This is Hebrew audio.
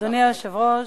אדוני היושב-ראש,